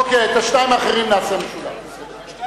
אוקיי, את השניים האחרים נעשה משולב, בסדר.